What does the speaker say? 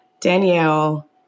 Danielle